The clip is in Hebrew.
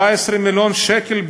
17 מיליון שקל.